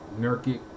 Nurkic